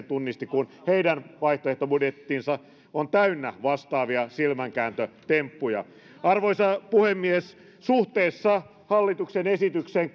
tunnisti kun heidän vaihtoehtobudjettinsa on täynnä vastaavia silmänkääntötemppuja arvoisa puhemies suhteessa hallituksen esitykseen